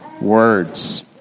words